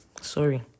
sorry